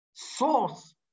source